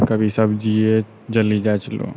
कभी सब्जिए जली जाइ छलौ